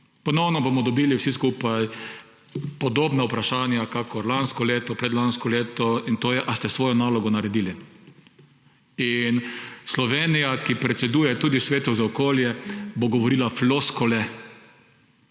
Ponovno bomo dobili vsi skupaj podobna vprašanja kakor lansko leto, predlansko leto, in to je – Ali ste svojo nalogo naredili? In Slovenija, ki predseduje tudi Svetu za okolje, bo govorila floskule,